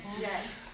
Yes